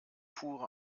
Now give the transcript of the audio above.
pure